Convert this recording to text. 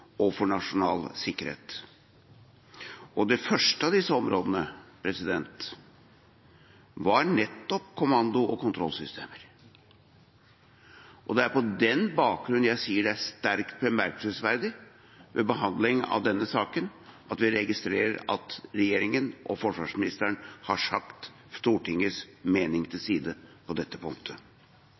og for nasjonal sikkerhet. Det første av disse områdene var nettopp kommando- og kontrollsystemer. Det er på den bakgrunnen jeg sier det er sterkt bemerkelsesverdig ved behandling av denne saken at vi registrerer at regjeringen og forsvarsministeren har satt Stortingets mening til side på dette punktet.